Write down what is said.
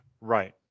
Right